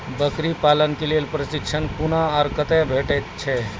बकरी पालन के लेल प्रशिक्षण कूना आर कते भेटैत छै?